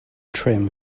trim